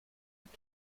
und